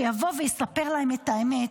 שיבוא ויספר להם את האמת.